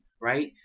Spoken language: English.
right